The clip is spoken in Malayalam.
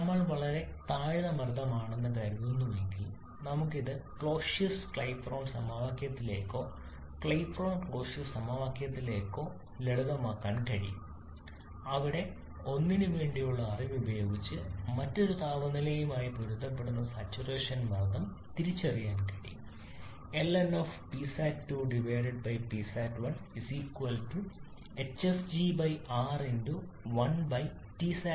നമ്മൾ വളരെ താഴ്ന്ന മർദ്ദം ആണെന്ന് കരുതുന്നുവെങ്കിൽ നമുക്ക് ഇത് ക്ലോഷ്യസ് ക്ലാപെയ്റോൺ സമവാക്യത്തിലേക്കോ ക്ലാപെയ്റോൺ ക്ലോസിയസ് സമവാക്യത്തിലേക്കോ ലളിതമാക്കാൻ കഴിയും അവിടെ ഒന്നിനുവേണ്ടിയുള്ള അറിവ് ഉപയോഗിച്ച് മറ്റൊരു താപനിലയുമായി പൊരുത്തപ്പെടുന്ന സാച്ചുറേഷൻ മർദ്ദം തിരിച്ചറിയാൻ കഴിയും അതായത്